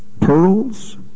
pearls